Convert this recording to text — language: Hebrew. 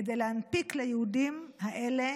כדי להנפיק ליהודים האלה